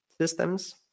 systems